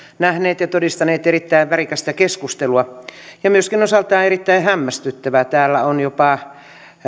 nähneet ja todistaneet erittäin värikästä keskustelua ja osaltaan myöskin erittäin hämmästyttävää täällä on jopa